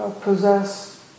possess